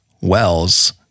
wells